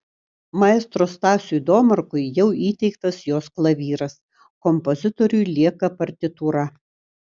maestro stasiui domarkui jau įteiktas jos klavyras kompozitoriui lieka partitūra